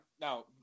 now